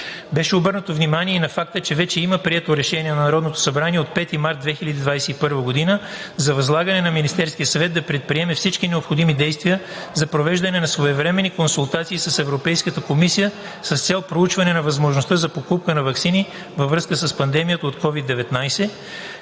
Беше обърнато внимание и на факта, че вече има прието Решение на Народното събрание от 5 март 2021 г. за възлагане на Министерския съвет да предприеме всички необходими действия за провеждане на своевременни консултации с Европейската комисия с цел проучване на възможностите за покупка на ваксини във връзка с пандемията от COVID-19,